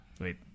Wait